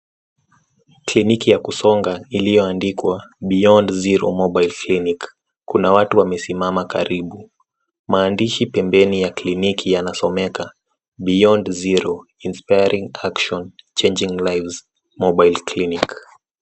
Kliniki ya kusonga iliyoandikwa Beyond Zero Mobile Clinic , kuna watu wamesimama karibu. Maandishi pembeni ya kliniki yanasomeka Beyond Zero inspiring action changing lives mobile clinic .